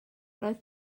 roedd